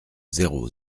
zéro